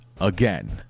again